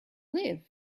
live